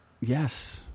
Yes